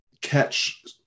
catch